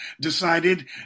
decided